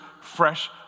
fresh